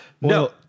No